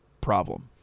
problem